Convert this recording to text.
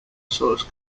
source